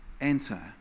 enter